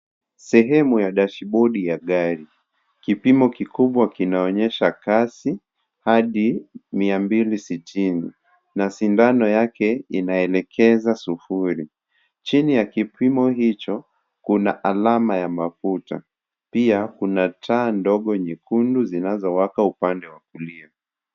Sehemu ya dashibodi ya gari kipimo kikubwa kinaonyesha kasi hadi 260 na sindano yake inaelekeza sufuri, chini ya kilimo hicho kina alama ya mafuta pia kuna tando nyekundu zinazowaka upande wa kulia.